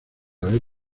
haber